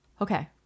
Okay